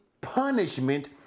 punishment